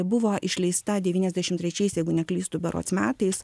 buvo išleista devyniasdešimt trečiais jeigu neklystu berods metais